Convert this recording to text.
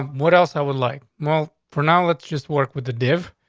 um what else i would like? well, for now, let's just work with the div.